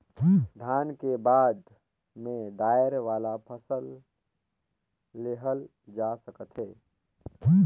धान के बाद में दायर वाला फसल लेहल जा सकत हे